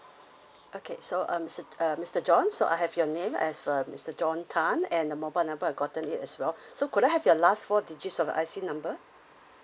okay so um s~ uh mister john so I have your name as uh mister john tan and your mobile number I've gotten it as well so could I have your last four digits of your I_C number